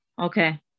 okay